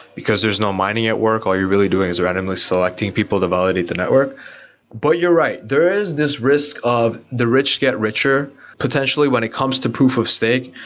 because there's no mining at work. all you're really doing is randomly selecting people to validate the network but you're right. there is this risk of the rich get richer potentially when it comes to proof of stake.